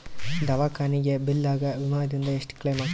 ದವಾಖಾನಿ ಬಿಲ್ ಗ ವಿಮಾ ದಿಂದ ಎಷ್ಟು ಕ್ಲೈಮ್ ಸಿಗತದ?